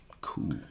cool